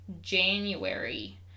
january